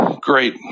great